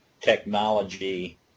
technology